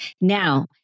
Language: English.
Now